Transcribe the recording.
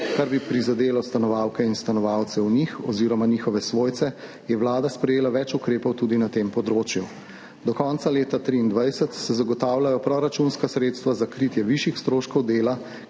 kar bi prizadelo stanovalke in stanovalce v njih oziroma njihove svojce, je Vlada sprejela več ukrepov tudi na tem področju. Do konca leta 2023 se zagotavljajo proračunska sredstva za kritje višjih stroškov dela,